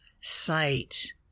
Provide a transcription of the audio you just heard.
sight